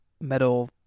metal